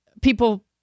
people